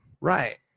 right